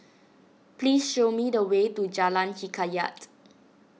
please show me the way to Jalan Hikayat